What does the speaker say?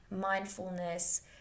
mindfulness